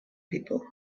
people